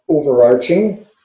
Overarching